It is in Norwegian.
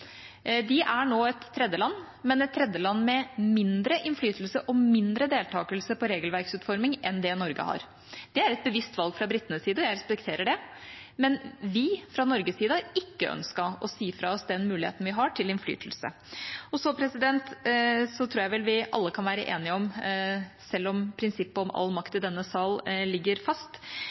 De er nå et tredjeland, men et tredjeland med mindre innflytelse på og mindre deltakelse i regelverksutforming enn det Norge har. Det er et bevisst valg fra britenes side, og jeg respekterer det, men vi fra Norges side har ikke ønsket å si fra oss den muligheten vi har til innflytelse. Jeg tror vel vi alle kan være enige om, selv om prinsippet om all makt i denne sal ligger fast,